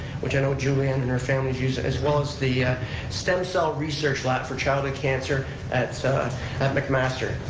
which i know julianne and her family use, as well as the stem cell research lab for childhood cancer at so and mcmaster.